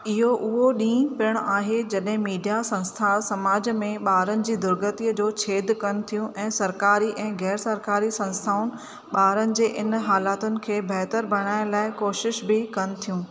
इहो उहो ॾींहुं पिणु आहे जॾहिं मीडिया संस्थान समाज में ॿारनि जी दुर्गतीअ जो छेदु कनि थियूं ऐं सरकारी ऐं ग़ैरु सरकारी संस्थाऊं ॿारनि जे इन हालातुनि खे बहितरु बणाइण लाइ कोशिश बि कनि थियूं